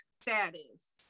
status